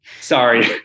Sorry